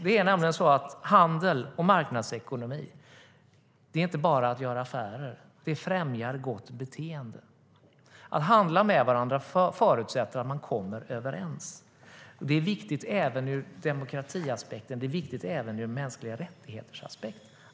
Det är nämligen så att handel och marknadsekonomi inte bara är att göra affärer utan också främjar gott beteende. Att handla med varandra förutsätter att man kommer överens. Att främja handel är viktigt ur demokratiaspekten men även ur aspekten mänskliga rättigheter.